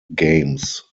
games